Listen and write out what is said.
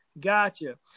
gotcha